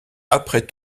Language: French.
après